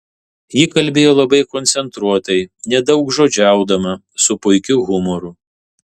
ji kalbėjo labai koncentruotai nedaugžodžiaudama su puikiu humoru